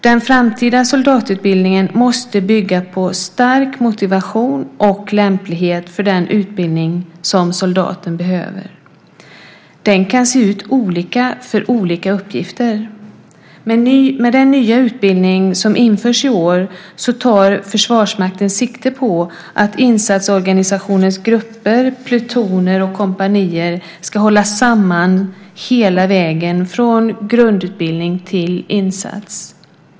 Den framtida soldatutbildningen måste bygga på stark motivation och lämplighet för den utbildning som soldaten behöver. Den kan se olika ut för olika uppgifter. Med den nya utbildning som införs i år tar Försvarsmakten sikte på att insatsorganisationens grupper, plutoner och kompanier ska hållas samman hela vägen, från grundutbildning till insats.